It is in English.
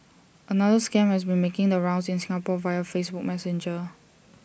another scam has been making the rounds in Singapore via Facebook Messenger